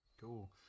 cool